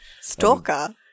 Stalker